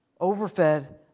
Overfed